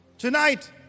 Tonight